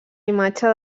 imatge